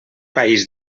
país